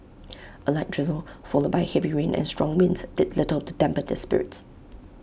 A light drizzle followed by heavy rain and strong winds did little to dampen their spirits